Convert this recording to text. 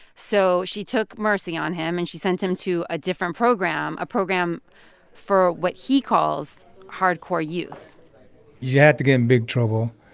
so she took mercy on him and she sent him to a different program, a program for what he calls hardcore youth yeah big trouble.